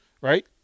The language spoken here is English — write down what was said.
right